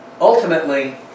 Ultimately